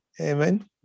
Amen